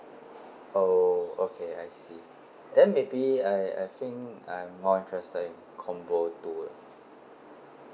oh okay I see then maybe I I think I am more interested in combo two